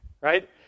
right